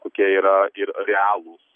kokie yra ir realūs